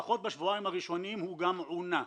לפחות בשבועיים הראשונים הוא גם עונה.